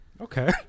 Okay